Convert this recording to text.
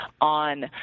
on